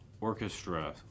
orchestra